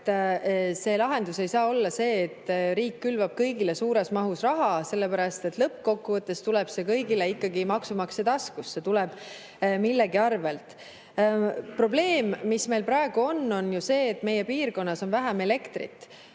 see lahendus ei saa olla see, et riik külvab kõigile suures mahus raha, sellepärast et lõppkokkuvõttes tuleb see ikkagi maksumaksja taskust, see tuleb millegi arvel. Probleem, mis meil praegu on, on ju see, et meie piirkonnas on vähem elektrit.